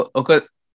okay